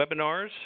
webinars